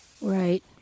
right